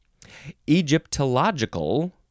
Egyptological